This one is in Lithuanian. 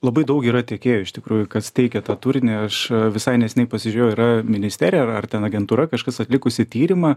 labai daug yra tiekėjų iš tikrųjų kas teikia tą turinį aš visai neseniai pasižiūrėjau yra ministerija ar ar ten agentūra kažkas atlikusi tyrimą